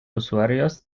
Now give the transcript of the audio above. usuarios